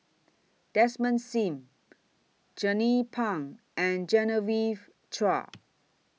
Desmond SIM Jernnine Pang and Genevieve Chua